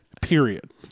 period